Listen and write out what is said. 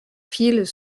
files